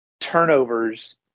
turnovers